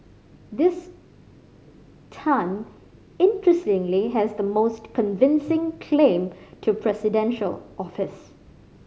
this Tan interestingly has the most convincing claim to presidential office